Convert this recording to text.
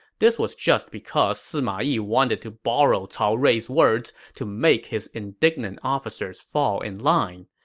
this was just because sima yi wanted to borrow cao rui's words to make his indignant officers fall in line.